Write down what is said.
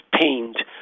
pained